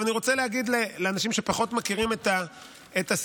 אני רוצה להגיד לאנשים שפחות מכירים את הסיטואציה,